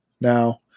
Now